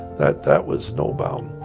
that that was snowbound.